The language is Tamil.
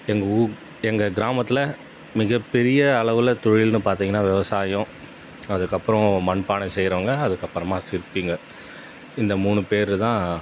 எங்கள் ஊர் எங்கள் கிராமத்தில் மிகப்பெரிய அளவில் தொழில்னு பார்த்தீங்கன்னா விவசாயம் அதுக்கப்புறோம் மண்பானை செய்கிறவுங்க அதுக்கப்புறமா சிற்பிங்கள் இந்த மூணு பேர் தான்